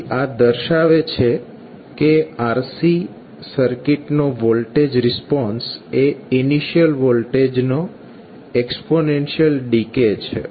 તેથી આ દર્શાવે છે કે RC સર્કિટનો વોલ્ટેજ રિસ્પોન્સ એ ઇનિશિયલ વોલ્ટેજનો એક્સ્પોનેન્શિયલ ડિકે છે